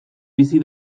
bizi